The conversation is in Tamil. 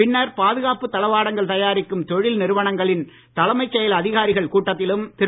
பின்னர் பாதுகாப்பு தளவாடங்கள் தயாரிக்கும் தொழில் நிறுவனங்களின் தலைமைச் செயல் அதிகாரிகள் கூட்டத்திலும் திரு